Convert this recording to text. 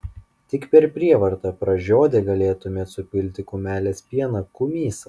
tik per prievartą pražiodę galėtumėt supilti kumelės pieną kumysą